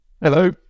hello